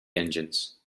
engines